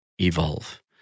evolve